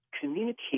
communicate